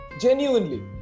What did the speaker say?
Genuinely